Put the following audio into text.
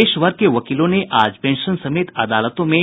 देश भर के वकीलों ने आज पेंशन समेत अदालतों में